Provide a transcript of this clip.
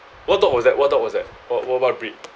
what dog was that what dog was that wh~ what what breed